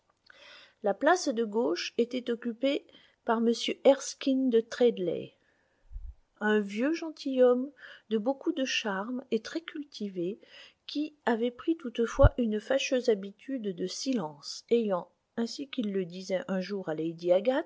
la place de gauche était occupée par m erskine de treadley un vieux gentilhomme de beaucoup de charme et très cultivé qui avait pris toutefois une fâcheuse habitude de silence ayant ainsi qu'il le disait un jour